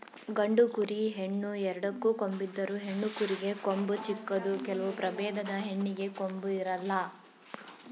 ಗಂಡು ಕುರಿ, ಹೆಣ್ಣು ಎರಡಕ್ಕೂ ಕೊಂಬಿದ್ದರು, ಹೆಣ್ಣು ಕುರಿಗೆ ಕೊಂಬು ಚಿಕ್ಕದು ಕೆಲವು ಪ್ರಭೇದದ ಹೆಣ್ಣಿಗೆ ಕೊಂಬು ಇರಲ್ಲ